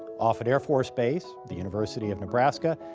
offutt air force base, the university of nebraska,